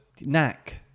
knack